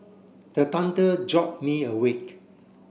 the thunder jolt me awake